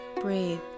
breathe